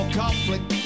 conflict